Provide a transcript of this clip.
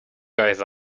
guys